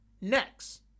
next